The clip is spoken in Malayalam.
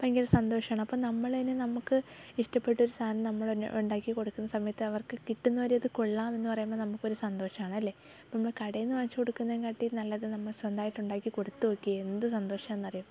ഭയങ്കര സന്തോഷമാണ് അപ്പം നമ്മൾ തന്നെ നമുക്ക് ഇഷ്ടപ്പെട്ട ഒരു സാധനം നമ്മൾ തന്നെ ഉണ്ടാക്കി കൊടുക്കുന്ന സമയത്ത് അവർക്ക് കിട്ടുന്ന ഒരു ഇത് കൊള്ളാം എന്ന് പറയുമ്പോൾ നമുക്കൊരു സന്തോഷമാണ് അല്ലേ പിന്നെ കടയിൽനിന്ന് വാങ്ങിച്ചു കൊടുക്കുന്നതിനേക്കാട്ടി നല്ലത് നമ്മൾ സ്വന്തമായിട്ട് ഉണ്ടാക്കി കൊടുത്തു നോക്കിയേ എന്ത് സന്തോഷമാണെന്നറിയുമോ